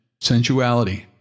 sensuality